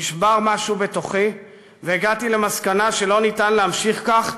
נשבר משהו בתוכי והגעתי למסקנה שאי-אפשר להמשיך כך